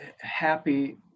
happy